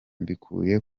mbikuye